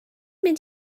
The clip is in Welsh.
mynd